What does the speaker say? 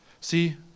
See